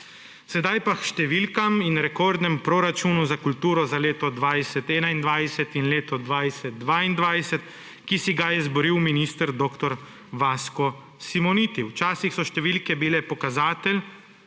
Sedaj pa k številkam in rekordnemu proračunu za kulturo za leto 2021 in leto 2022, ki si ga je izboril minister dr. Vasko Simoniti. Včasih so bile številke pokazatelj,